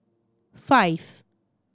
five